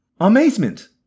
Amazement